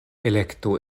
elektu